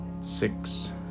six